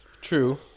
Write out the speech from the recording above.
True